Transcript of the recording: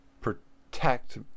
Protect